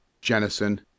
Jennison